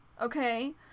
Okay